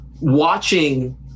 watching